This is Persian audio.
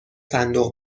صندوق